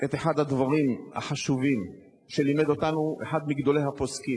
את אחד הדברים החשובים שלימד אותנו אחד מגדולי הפוסקים,